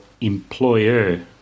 employer